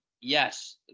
yes